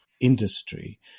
industry